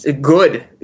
good